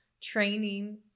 training